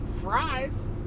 fries